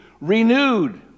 renewed